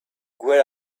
were